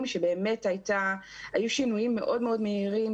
שבאמת היו שינויים מאוד מאוד מהירים,